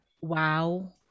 wow